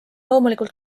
loomulikult